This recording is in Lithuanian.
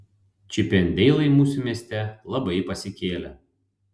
čipendeilai mūsų mieste labai pasikėlę